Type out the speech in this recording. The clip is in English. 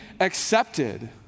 accepted